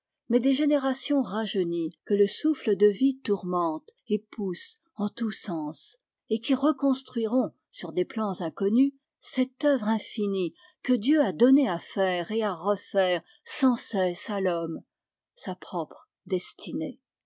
mais des générations rajeunies que le souffle de vie tourmente et pousse en tous sens et qui reconstruiront sur des plans inconnus cette œuvre infinie que dieu a donné à faire et à refaire sans cesse à l'homme sa propre destinée